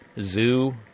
zoo